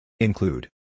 Include